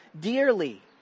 dearly